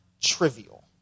trivial